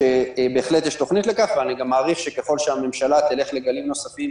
בהחלט יש תוכנית לכך ואני גם מעריך שככול שהממשלה תלך לגלים נוספים